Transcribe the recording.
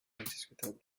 indiscutable